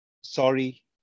sorry